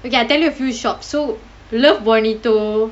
okay I tell you a few shop so love Bonito